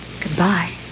Goodbye